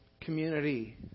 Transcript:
community